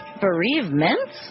Bereavements